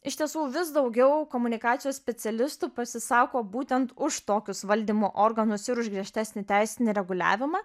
iš tiesų vis daugiau komunikacijos specialistų pasisako būtent už tokius valdymo organus ir už griežtesnį teisinį reguliavimą